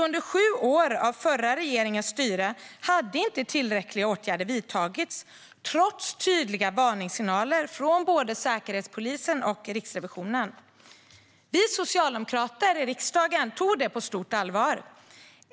Under sju år av den förra regeringens styre vidtogs alltså inte tillräckliga åtgärder, trots tydliga varningssignaler från både Säkerhetspolisen och Riksrevisionen. Vi socialdemokrater i riksdagen tog detta på stort allvar.